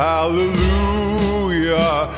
Hallelujah